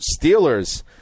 Steelers